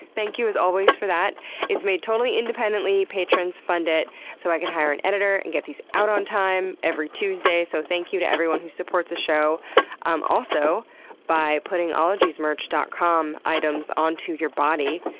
thank you as always for that it's made totally independently. patrons fund it so i can hire an editor and get these out on time every tuesday. so thank you to everyone who supports the show um also by putting ologiesmerch dot com items onto your body.